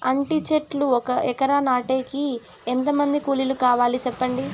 అంటి చెట్లు ఒక ఎకరా నాటేకి ఎంత మంది కూలీలు కావాలి? సెప్పండి?